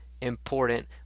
important